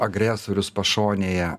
agresorius pašonėje